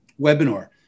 webinar